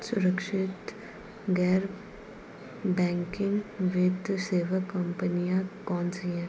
सुरक्षित गैर बैंकिंग वित्त सेवा कंपनियां कौनसी हैं?